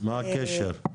מה הקשר?